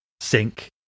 sink